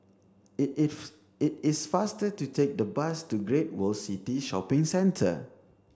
it is it is faster to take the bus to Great World City Shopping Centre